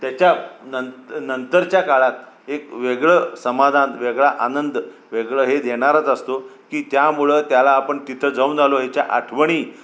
त्याच्या नंतर नंतरच्या काळात एक वेगळं समाधान वेगळा आनंद वेगळं हे देणारच असतो की त्यामुळं त्याला आपण तिथं जाऊन आलो याच्या आठवणी